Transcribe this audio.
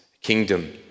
kingdom